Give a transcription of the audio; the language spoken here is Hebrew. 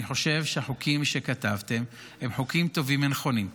אני חושב שהחוקים שכתבתם הם חוקים טובים ונכונים,